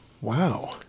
Wow